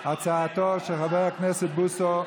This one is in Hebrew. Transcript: הצעת חוק חג המצות של חבר הכנסת אוריאל בוסו.